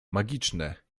magiczne